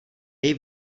dej